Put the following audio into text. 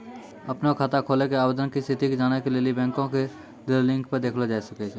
अपनो खाता खोलै के आवेदन के स्थिति के जानै के लेली बैंको के देलो लिंक पे देखलो जाय सकै छै